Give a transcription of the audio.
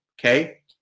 Okay